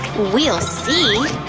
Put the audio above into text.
we'll see.